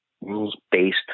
rules-based